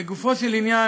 לגופו של עניין,